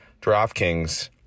DraftKings